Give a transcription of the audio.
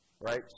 Right